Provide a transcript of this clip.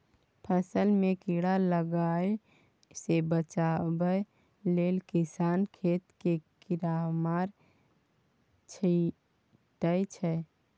फसल केँ कीड़ा लागय सँ बचाबय लेल किसान खेत मे कीरामार छीटय छै